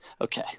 Okay